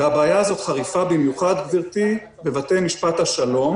והבעיה הזאת חריפה במיוחד בבתי משפט השלום